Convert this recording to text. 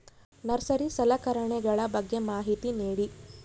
Nursery ಸಲಕರಣೆಗಳ ಬಗ್ಗೆ ಮಾಹಿತಿ ನೇಡಿ?